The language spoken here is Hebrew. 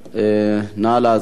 בעד, העברה לוועדה,